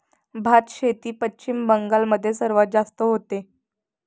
भातशेती पश्चिम बंगाल मध्ये सर्वात जास्त होते